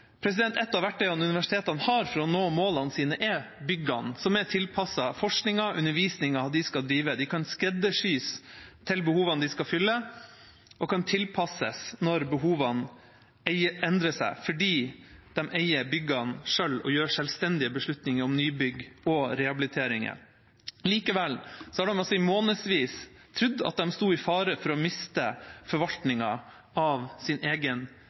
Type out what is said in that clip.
Et av verktøyene universitetene har for å nå målene sine, er byggene, som er tilpasset forskningen og undervisningen de skal drive. Byggene kan skreddersys til behovene de skal fylle, og kan tilpasses når behovene endrer seg, fordi man eier byggene selv og gjør selvstendige beslutninger om nybygg og rehabiliteringer. Likevel har universitetene altså i månedsvis trodd at de sto i fare for å miste forvaltningen av sin egen